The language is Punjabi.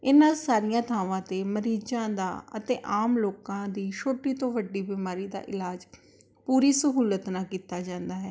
ਇਹਨਾਂ ਸਾਰੀਆਂ ਥਾਵਾਂ 'ਤੇ ਮਰੀਜ਼ਾਂ ਦਾ ਅਤੇ ਆਮ ਲੋਕਾਂ ਦੀ ਛੋਟੀ ਤੋਂ ਵੱਡੀ ਬਿਮਾਰੀ ਦਾ ਇਲਾਜ ਪੂਰੀ ਸਹੂਲਤ ਨਾਲ ਕੀਤਾ ਜਾਂਦਾ ਹੈ